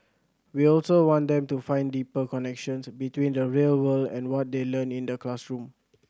we also want them to find deeper connections between the real world and what they learn in the classroom